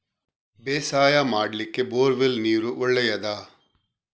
ಬೇಸಾಯ ಮಾಡ್ಲಿಕ್ಕೆ bore well ನೀರು ಒಳ್ಳೆಯದಾ?